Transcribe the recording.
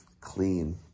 clean